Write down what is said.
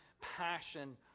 passion